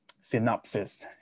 synopsis